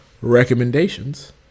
recommendations